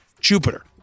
Jupiter